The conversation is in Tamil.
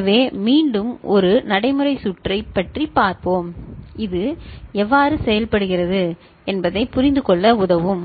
எனவே மீண்டும் ஒரு நடைமுறை சுற்று பற்றி பார்ப்போம் இது எவ்வாறு செயல்படுகிறது என்பதைப் புரிந்துகொள்ள உதவும்